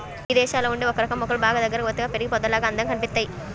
ఇదేశాల్లో ఉండే ఒకరకం మొక్కలు బాగా దగ్గరగా ఒత్తుగా పెరిగి పొదల్లాగా అందంగా కనిపిత్తయ్